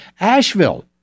Asheville